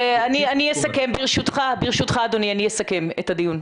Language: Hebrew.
אני אסכם ברשותך אדוני, אני אסכם את הדיון.